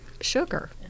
sugar